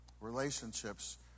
Relationships